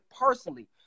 personally